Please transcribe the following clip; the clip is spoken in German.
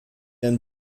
ein